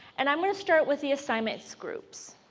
and i am going to start with the assignments groups.